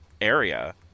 area